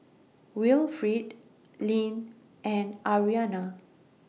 Wilfrid Lynn and Ariana